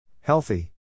Healthy